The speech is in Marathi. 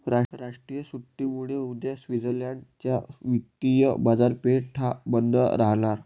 राष्ट्रीय सुट्टीमुळे उद्या स्वित्झर्लंड च्या वित्तीय बाजारपेठा बंद राहणार